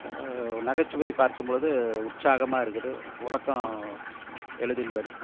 நகைச்சுவை பார்க்கும்பொழுது உற்சாகமாக இருக்குது உறக்கம் எளிதில் வருது